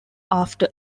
after